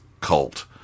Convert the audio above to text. Cult